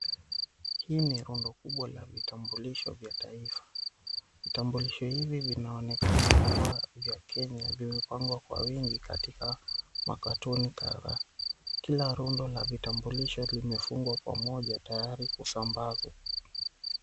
Hii ni rundo kubwa ya vitambulisho vya taifa. Vitambulisho hivi vinaonekana kuwa vya Kenya, vimepangwa kwa wingi katika makatoni kadhaa. Kila rundo la vitambulisho vimefungwa pamoja tayari kusambazwa.